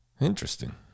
Interesting